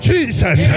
Jesus